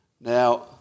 Now